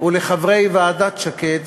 ולחברי ועדת שקד,